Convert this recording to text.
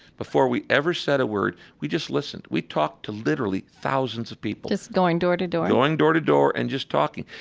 before we ever said a word, we just listened. we talked to literally thousands of people just going door to door? going door to door and just talking.